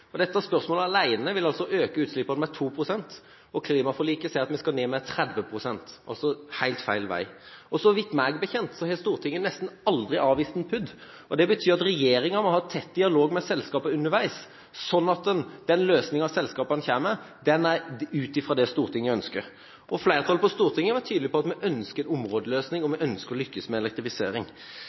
vi skal ned med 30 pst, altså helt feil vei. Meg bekjent har Stortinget nesten aldri avvist en PUD. Det betyr at regjeringa må ha tett dialog med selskapene underveis, sånn at den løsninga selskapene kommer med, er ut fra det Stortinget ønsker. Og flertallet på Stortinget var tydelig på at vi ønsker en områdeløsning, og vi ønsker å lykkes med elektrifisering.